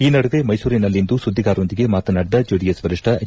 ಈ ನಡುವೆ ಮೈಸೂರಿನಲ್ಲಿಂದು ಸುದ್ದಿಗಾರರೊಂದಿಗೆ ಮಾತನಾಡಿದ ಚೆಡಿಎಸ್ ವರಿಷ್ಠ ಎಚ್